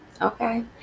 Okay